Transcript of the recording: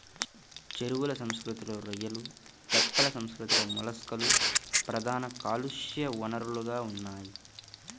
చెరువుల సంస్కృతిలో రొయ్యలు, తెప్పల సంస్కృతిలో మొలస్క్లు ప్రధాన కాలుష్య వనరులుగా ఉన్నాయి